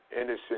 innocent